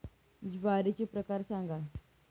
ज्वारीचे प्रकार सांगा